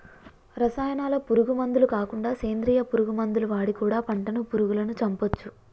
రసాయనాల పురుగు మందులు కాకుండా సేంద్రియ పురుగు మందులు వాడి కూడా పంటను పురుగులను చంపొచ్చు